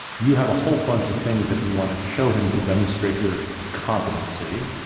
you have a whole bunch of things that you want to show him to demonstrate your competency.